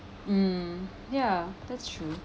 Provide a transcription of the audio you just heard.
um ya that's true